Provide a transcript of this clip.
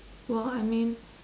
well I mean